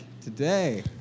Today